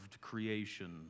creation